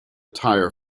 tire